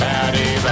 Patty